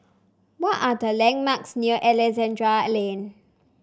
what are the landmarks near Alexandra Lane